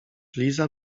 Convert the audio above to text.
liza